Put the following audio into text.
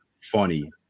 funny